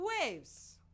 waves